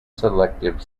selective